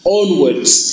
onwards